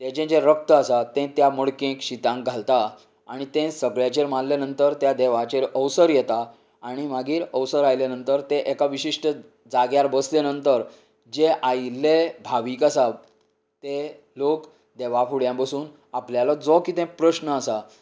तेचे जे रक्त आसा ते त्या मडकेंत शितांत घालता आनी ते सगळ्यांचेर मारले नंतर त्या देवाचेर अवसर येता आनी मागीर अवसर आयल्या नंतर ते एका विशिश्ट जाग्यार बसलें नंतर जे आयिल्ले भावीक आसात ते लोक देवा फुड्यांत बसून आपल्यालो जो कितें प्रस्न आसा